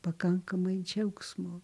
pakankamai džiaugsmo